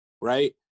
right